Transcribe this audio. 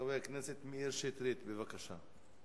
חבר הכנסת מאיר שטרית, בבקשה.